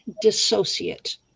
dissociate